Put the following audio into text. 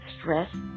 stress